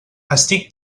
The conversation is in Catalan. estic